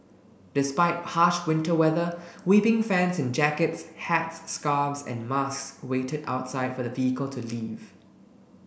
despite harsh winter weather weeping fans in jackets hats scarves and masks waited outside for the vehicle to leave